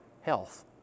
health